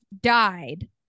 died